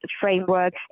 framework